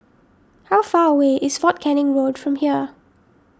how far away is fort Canning Road from here